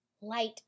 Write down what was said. Light